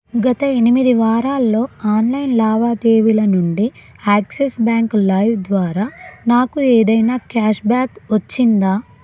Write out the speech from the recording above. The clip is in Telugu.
గత ఎనిమిది వారాల్లో ఆన్లైన్ లావాదేవీల నుండి యాక్సిస్ బ్యాంక్ లైవ్ ద్వారా నాకు ఏదైనా క్యాష్బ్యాక్ వచ్చిందా